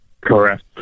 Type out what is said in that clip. Correct